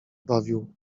bawił